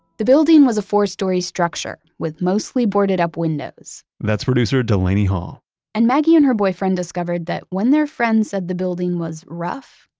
the building was a four-story structure with mostly boarded-up windows that's producer delaney hall and maggie and her boyfriend discovered that when their friend said the building was rough,